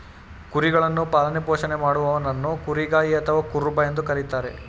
ಕುರಿಗಳನ್ನು ಪಾಲನೆ ಪೋಷಣೆ ಮಾಡುವವನನ್ನು ಕುರಿಗಾಯಿ ಅಥವಾ ಕುರುಬ ಎಂದು ಕರಿತಾರೆ